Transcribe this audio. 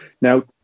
Now